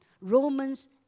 Romans